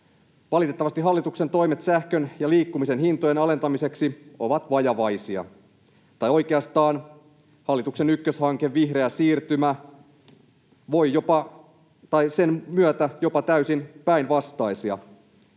Valitettavasti hallituksen toimet sähkön ja liikkumisen hintojen alentamiseksi ovat vajavaisia, tai oikeastaan hallituksen ykköshankkeen, vihreän siirtymän, myötä jopa täysin päinvastaisia.